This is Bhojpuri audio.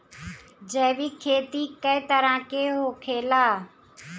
जैविक खेती कए तरह के होखेला?